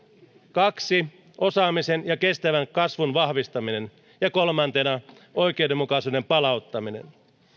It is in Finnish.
kaksi osaamisen ja kestävän kasvun vahvistaminen ja kolme oikeudenmukaisuuden palauttaminen